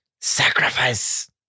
sacrifice